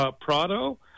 Prado